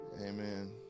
Amen